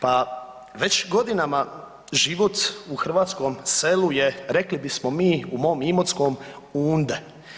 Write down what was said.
Pa već godinama život u hrvatskom selu rekli bismo mi u mom Imotskom „unde“